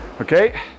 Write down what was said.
Okay